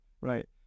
right